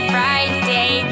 Friday